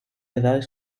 edades